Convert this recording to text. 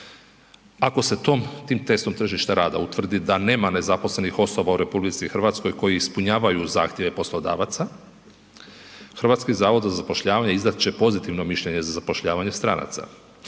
Ako se tom, tim testom tržišta rada utvrdi da nema nezaposlenih osoba u RH koje ispunjavaju zahtjeve poslodavaca, HZZ izdat će pozitivno mišljenje za zapošljavanje stranaca.